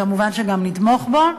וכמובן גם נתמוך בו.